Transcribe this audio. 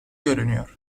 görünüyor